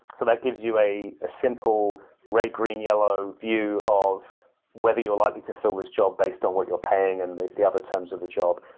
so that gives you a simple red, green, yellow view of whether you're likely to fill this job based on what you're paying and the other terms of the job.